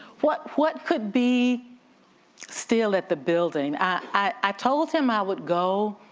what what could be still at the building? i told him i would go,